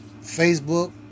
Facebook